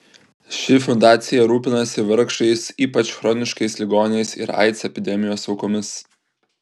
ši fundacija rūpinasi vargšais ypač chroniškais ligoniais ir aids epidemijos aukomis